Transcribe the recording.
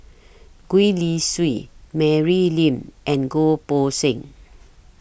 Gwee Li Sui Mary Lim and Goh Poh Seng